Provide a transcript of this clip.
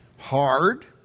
hard